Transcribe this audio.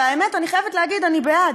והאמת, אני חייבת להגיד, אני בעד,